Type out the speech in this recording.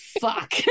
fuck